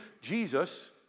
Jesus